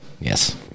Yes